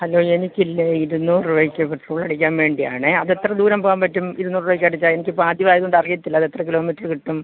hello എനിക്കില്ലേ ഇരുന്നൂറ് രൂപക്ക് പെട്രോളടിക്കാൻ വേണ്ടിയാണ് അതെത്ര ദൂരം പോവാൻ പറ്റും ഇരുന്നൂറ് രൂപക്കടിച്ചാൽ എനിക്കിപ്പം ആദ്യവായതോണ്ടറിയത്തില്ല അതെത്ര കിലോമീറ്ററ് കിട്ടും